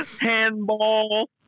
Handball